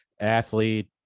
athlete